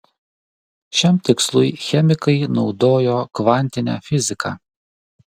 šiam tikslui chemikai naudojo kvantinę fiziką